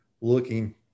looking